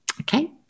Okay